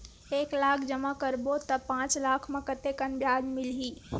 एक लाख जमा करबो त पांच साल म कतेकन ब्याज मिलही?